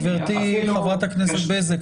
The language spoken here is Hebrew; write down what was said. גברתי חברת הכנסת בזק,